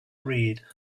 read